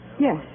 Yes